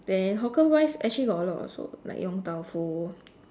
then hawker wise actually got a lot also like Yong-Tau-Foo